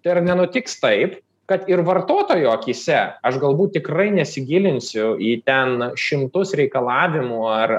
tai ar nenutiks taip kad ir vartotojo akyse aš galbūt tikrai nesigilinsiu į ten šimtus reikalavimų ar